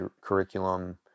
curriculum